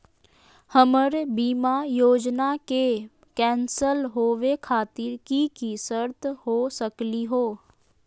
हमर बीमा योजना के कैन्सल होवे खातिर कि कि शर्त हो सकली हो?